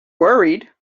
worried